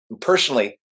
Personally